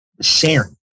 sharing